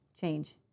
Change